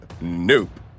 nope